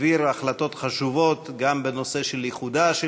העביר החלטות חשובות גם בנושא של איחודה של